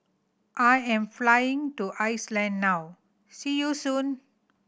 I am flying to Iceland now see you soon